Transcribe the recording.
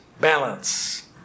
balance